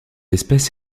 espèce